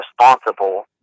responsible